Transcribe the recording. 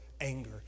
anger